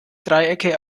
dreiecke